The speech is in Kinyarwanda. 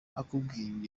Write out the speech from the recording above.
akubwiye